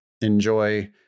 enjoy